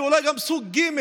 ואולי גם סוג ג';